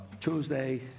Tuesday